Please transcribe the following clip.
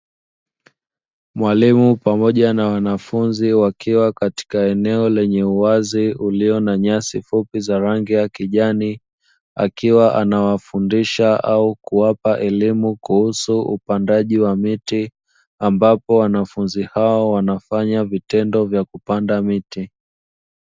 Mwalimu pamoja na wanafunzi wakiwa katika eneo lenye uwazi ulio na nyasi fupi za rangi ya kijani, akiwa anawafundisha au kuwapa elimu kuhusu upandaji wa miti, ambapo wanafunzi hao wanafanya vitendo vya kupanda miti.